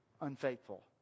unfaithful